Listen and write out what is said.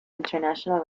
international